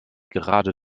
gerade